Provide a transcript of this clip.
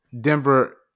Denver –